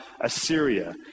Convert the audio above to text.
Assyria